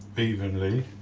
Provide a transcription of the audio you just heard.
evenly.